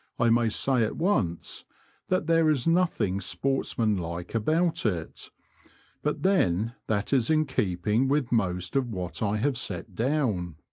i may say at once that there is nothing sportsmanlike about it but then that is in keeping with most of what i have set down.